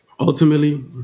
Ultimately